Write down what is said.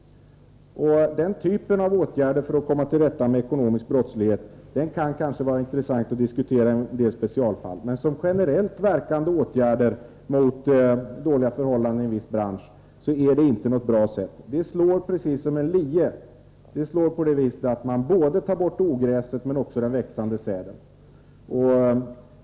En del specialfall kan visserligen diskuteras. Men om man eftersträvar generellt verkande åtgärder i syfte att komma till rätta med missförhållanden inom en viss bransch, är det inte något bra sätt. Det är som att gå fram med en lie. Det är således inte bara ogräset som försvinner utan också den växande säden.